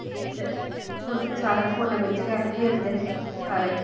ते फोन सारा फोनै बिच्च गै खेलदे न सारे